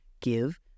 give